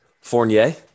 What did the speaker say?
Fournier